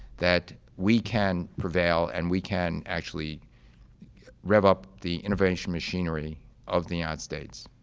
that we can prevail and we can actually rev up the innovation machinery of the united states,